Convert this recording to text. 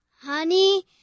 honey